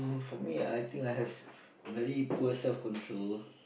for me I think I have very poor self control